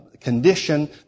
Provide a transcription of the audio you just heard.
condition